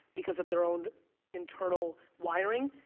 because of their own internal wiring.